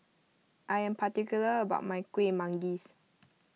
I am particular about my Kuih Manggis